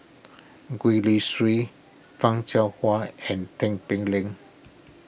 Gwee Li Sui Fan Shao Hua and Tin Pei Ling